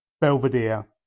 Belvedere